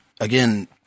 again